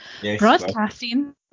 broadcasting